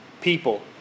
people